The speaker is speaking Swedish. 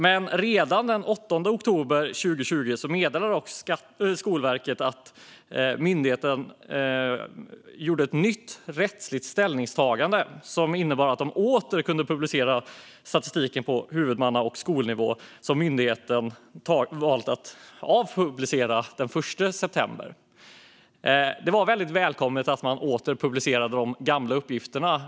Men redan den 8 oktober 2020 meddelade dock Skolverket att myndigheten gjort ett nytt rättsligt ställningstagande som innebar att det åter kunde publicera statistiken på huvudmanna och skolnivå som myndigheten valt att avpublicera den 1 september. Det var väldigt välkommet att man åter publicerade de gamla uppgifterna.